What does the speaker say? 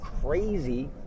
crazy